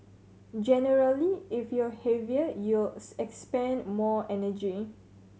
generally if you're heavier you'll expend more energy